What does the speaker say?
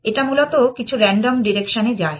এটা মূলত কিছু রান্ডম ডিরেকশন এ যায়